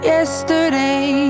Yesterday